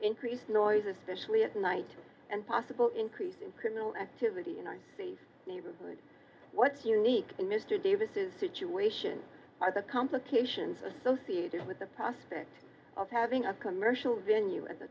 increased noise especially at night and possible increase in criminal activity in nice safe neighborhoods what's unique in mr davis's situation are the complications associated with the prospect of having a commercial venue at the